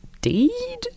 deed